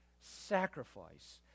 sacrifice